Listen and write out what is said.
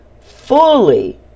fully